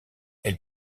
elle